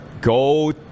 Go